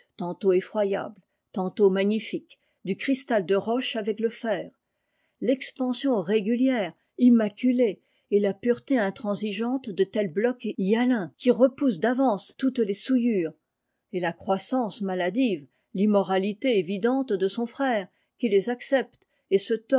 tantôt effroyable tantôt magnifique du cristal de roche avec le fer l'expansion régulière immaculée et la pureté intransigeante de tel bloc hyalin qui repousse d'avance toutes les souillures et la croissance maladive l'immoralité évidente de son frère qui les accepte et se